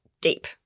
deep